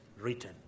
written